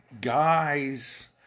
guys